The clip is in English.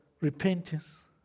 repentance